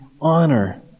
honor